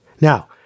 Now